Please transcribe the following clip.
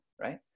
right